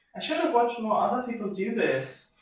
i should have watched more other people do this.